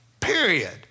period